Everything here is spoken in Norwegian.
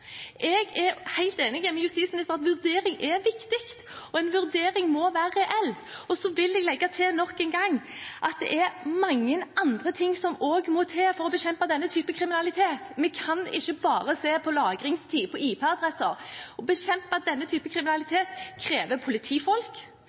Jeg er helt enig med justisministeren i at vurdering er viktig, og en vurdering må være reell. Så vil jeg legge til nok en gang, at det er mange andre ting som også må til for å bekjempe denne type kriminalitet. Vi kan ikke bare se på lagringstid på IP-adresser. Å bekjempe denne